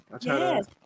Yes